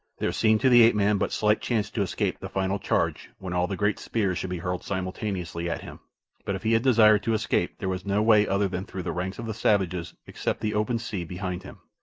there seemed to the ape-man but slight chance to escape the final charge when all the great spears should be hurled simultaneously at him but if he had desired to escape there was no way other than through the ranks of the savages except the open sea behind him.